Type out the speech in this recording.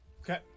Okay